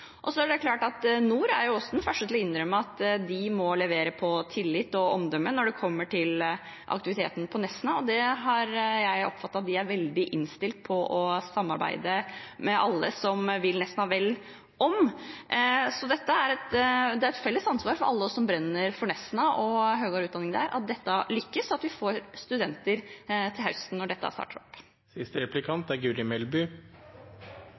er klart at Nord universitet også er de første til å innrømme at de må levere på tillit og omdømme når det gjelder aktiviteten på Nesna, og det har jeg oppfattet at de er veldig innstilt på å samarbeide om med alle som vil Nesna vel. Det er et felles ansvar for alle oss som brenner for Nesna og høyere utdanning der, at dette lykkes, og at vi får studenter til høsten når det starter opp.